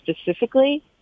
specifically